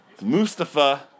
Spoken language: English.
Mustafa